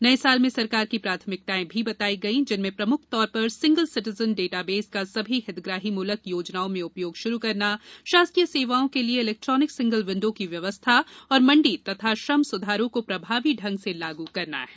नए साल में सरकार की प्राथमिकताएं भी बताई गई जिनमें प्रमुख तौर पर सिंगल सिटीजन डाटाबेस का सभी हितग्राहीमूलक योजनाओं में उपयोग प्रारंभ करना शासकीय सेवाओं के लिए इलेक्ट्रानिक सिंगल विण्डो की व्यवस्था और मण्डी एवं श्रम सुधारों को प्रभावी ढंग से लागू करना है